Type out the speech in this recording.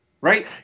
Right